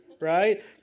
right